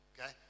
okay